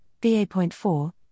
BA.4